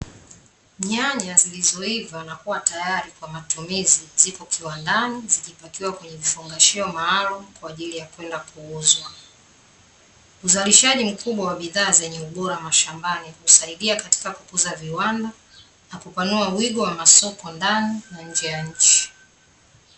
Nyanya zilizoiva na kuwa tayari kwa matumizi ziko kiwandani zikipakiwa katika vifungashio maalumu kwa ajili ya kwenda kuuzwa. Uzalishaji mkubwa wa bidhaa zenye ubora mashambani huasidia katika kukuza viwanda na kupanua wigo wa masoko ndani na nje ya nchi.